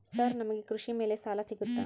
Sir ನಮಗೆ ಕೃಷಿ ಮೇಲೆ ಸಾಲ ಸಿಗುತ್ತಾ?